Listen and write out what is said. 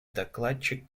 докладчик